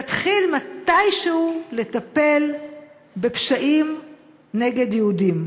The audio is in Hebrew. תתחיל מתישהו לטפל בפשעים נגד יהודים,